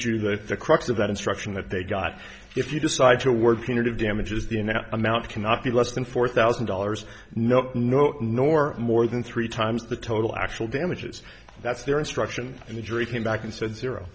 to that the crux of that instruction that they got if you decide to work in it of damages the now amount cannot be less than four thousand dollars no no nor more than three times the total actual damages that's their instruction and the jury came back and said zero